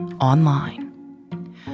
online